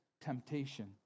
temptation